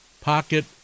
pocket